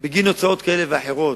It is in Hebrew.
בגין הוצאות כאלה ואחרות,